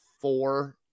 four